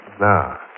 Now